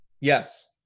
Yes